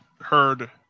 heard